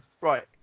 Right